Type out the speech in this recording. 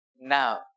Now